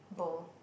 oh